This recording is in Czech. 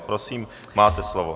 Prosím, máte slovo.